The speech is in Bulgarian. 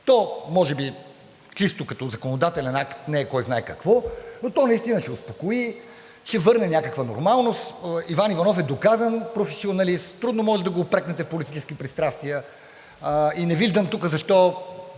то може би чисто като законодателен акт не е кой знае какво, но то наистина ще успокои, ще върне някаква нормалност. Иван Иванов е доказан професионалист, трудно може да го упрекнете в политически пристрастия и не виждам тук защо,